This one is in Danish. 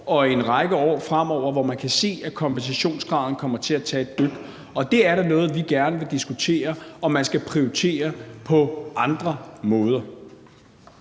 og i en række år fremover, hvor man kan se, at kompensationsgraden kommer til at tage et dyk. Det er da noget, vi gerne vil diskutere, altså om man skal prioritere på andre måder.